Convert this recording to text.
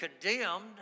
condemned